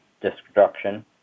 destruction